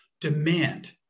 demand